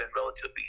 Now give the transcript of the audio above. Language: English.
relatively